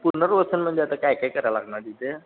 पुर्नवसन म्हणजे आता काय काय करावं लागणार तिथे